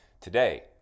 Today